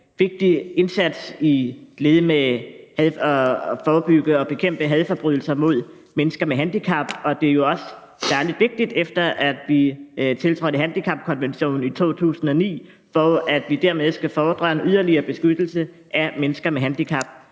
i indsatsen for at forebygge og bekæmpe hadforbrydelser mod mennesker med handicap, og det er jo også særlig vigtigt, efter at vi tiltrådte handicapkonventionen i 2009, som fordrer, at vi yder en yderligere beskyttelse af mennesker med handicap.